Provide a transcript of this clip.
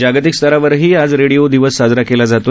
जागतीक स्तरावरही आज रेडिओ दिवस साजरा केला जातो